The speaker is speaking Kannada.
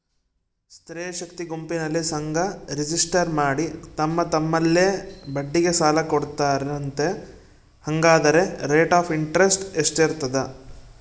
ಸ್ತ್ರೇ ಶಕ್ತಿ ಗುಂಪಿನಲ್ಲಿ ಸಂಘ ರಿಜಿಸ್ಟರ್ ಮಾಡಿ ತಮ್ಮ ತಮ್ಮಲ್ಲೇ ಬಡ್ಡಿಗೆ ಸಾಲ ಕೊಡ್ತಾರಂತೆ, ಹಂಗಾದರೆ ರೇಟ್ ಆಫ್ ಇಂಟರೆಸ್ಟ್ ಎಷ್ಟಿರ್ತದ?